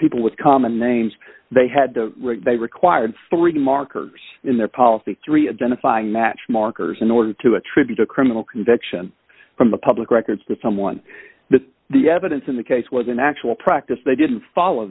people with common names they had they required three markers in their policy three identifying match markers in order to attribute a criminal conviction from the public records to someone that the evidence in the case was an actual practice they didn't follow